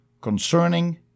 concerning